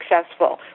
successful